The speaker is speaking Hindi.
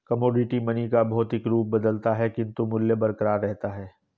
कमोडिटी मनी का भौतिक रूप बदलता है किंतु मूल्य बरकरार रहता है